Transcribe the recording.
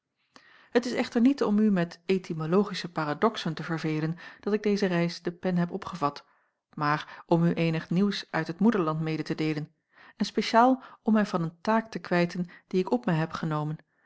het is echter niet om u met etymologische paradoxen te verveelen dat ik deze reis de pen heb opgevat maar om u eenig nieuws uit het moederland mede te deelen en spetiaal om mij van een taak te kwijten die ik op mij heb genomen